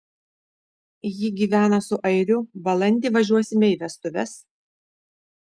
ji gyvena su airiu balandį važiuosime į vestuves